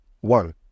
one